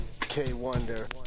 K-Wonder